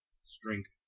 strength